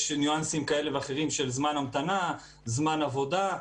יש ניואנסים כאלה ואחרים של זמן המתנה, זמן עבודה.